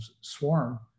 Swarm